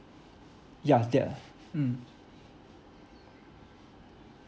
yeah that ah mm